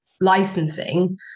licensing